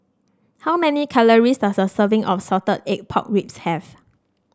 how many calories does a serving of Salted Egg Pork Ribs have